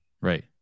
right